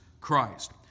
Christ